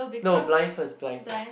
no blind first blind first